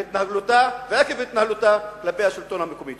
בהתנהלותה ועקב התנהלותה כלפי השלטון המקומי.